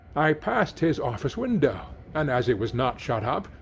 i passed his office window and as it was not shut up,